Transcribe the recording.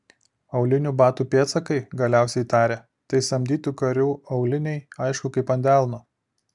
aulinių batų pėdsakai galiausiai tarė tai samdytų karių auliniai aišku kaip ant delno